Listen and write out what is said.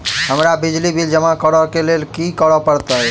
हमरा बिजली बिल जमा करऽ केँ लेल की करऽ पड़त?